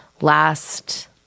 last